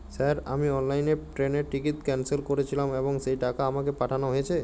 Sir আমি অনলাইনে ট্রেনের টিকিট ক্যানসেল করেছিলাম এবং সেই টাকা আমাকে পাঠানো হয়েছে?